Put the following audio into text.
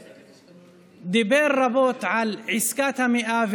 שדיבר רבות על עסקת המאה,